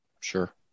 Sure